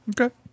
Okay